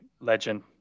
legend